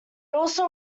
also